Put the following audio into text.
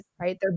right